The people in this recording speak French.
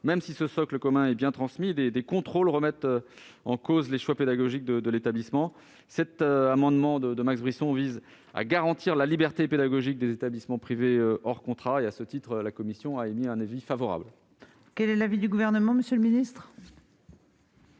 Même si ce socle commun est bien transmis, certains contrôles remettent en cause les choix pédagogiques des établissements. Cet amendement de Max Brisson vise à garantir la liberté pédagogique des établissements privés hors contrat. À ce titre, la commission y est favorable. Quel est l'avis du Gouvernement ? La question